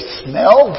smell